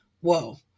whoa